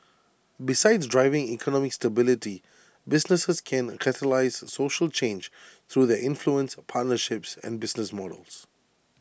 besides driving economic stability businesses can catalyse social change through their influence partnerships and business models